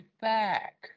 back